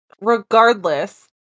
regardless